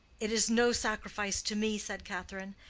it is no sacrifice to me, said catherine,